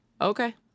okay